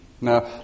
Now